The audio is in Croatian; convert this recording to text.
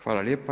Hvala lijepa.